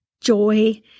joy